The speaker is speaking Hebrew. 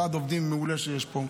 ועד עובדים מעולה שיש פה,